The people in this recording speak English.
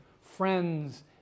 friends